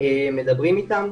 מדברים אתם.